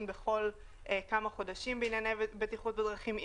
בכל כמה חודשים בענייני בטיחות בדרכים,